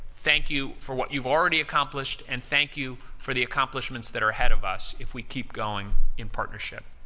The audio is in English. thank you for what you've already accomplished. and thank you for the accomplishments that are ahead of us, if we keep going in partnership.